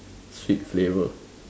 sweet flavour